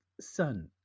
son